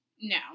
No